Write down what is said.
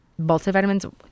multivitamins